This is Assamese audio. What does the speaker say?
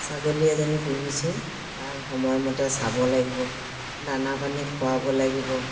ছাগলী এজনী পুহিছোঁ তাক সময়মতে চাব লাগিব দানা পানী খুৱাব লাগিব